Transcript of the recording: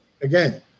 again